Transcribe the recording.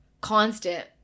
constant